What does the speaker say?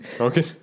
Okay